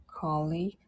Colleague